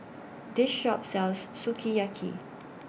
This Shop sells Sukiyaki